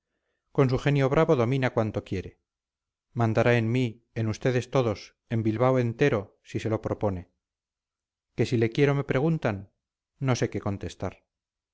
con su genio bravo domina cuanto quiere mandará en mí en ustedes todos en bilbao entero si se lo propone que si le quiero me preguntan no sé qué contestar